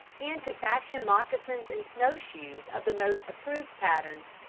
and could fashion moccasins and snowshoes of the most approved patterns.